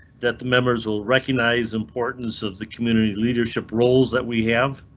that the members will recognize. importance of the community leadership roles that we have.